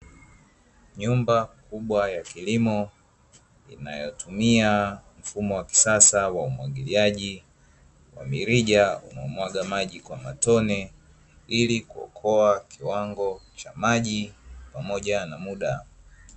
Nyumba kubwa ya kilimo inayotumia mfumo wa kisasa wa umwagiliaji wa mirija, unaomwaga maji kwa matone, ili kuokoa kiwango cha maji pamoja na muda.